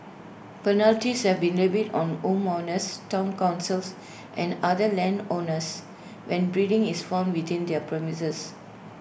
penalties have been levied on homeowners Town councils and other landowners when breeding is found within their premises